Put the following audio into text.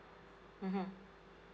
mmhmm